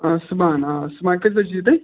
آ صُبحَن آ صُبحَن کٔژۍ بَجہِ یِیُِو تُہۍ